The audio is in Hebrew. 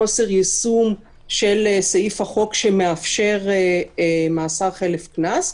חוסר יישום של סעיף החוק שמאפשר מאסר חלף קנס,